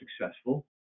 successful